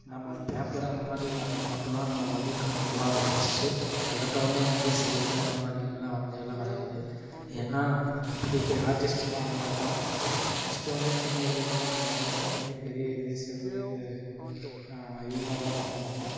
நம்ம பேப்பர் அந்த மாதிரில வரைஞ்சால் மட்டும்தான் நமக்கு வந்து டிராயிங் நல்லா வரும் ஃபஸ்ட்டு எடுத்தவொடனே வந்து சுவுத்துல அந்தமாதிரிலாம் வரைஞ்சாலாம் வரையாது ஏன்னா பெரிய பெரிய ஆர்டிஸ்ட்டுங்கள்லாம் அந்தமாதிரிதான் பஸ்ட்டு வந்து சின்ன இதுலேருந்துதான் போவாங்க எடுத்தவொடனே பெரிய இது செவுர் இந்த இது இதுமாதிரிலாம் போக மாட்டாங்க